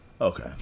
Okay